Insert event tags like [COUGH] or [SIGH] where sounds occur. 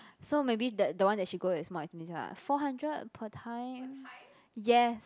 so maybe that the one that she go is more expensive lah four hundred per time [NOISE] yes